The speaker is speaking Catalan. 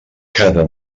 cada